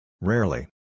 Rarely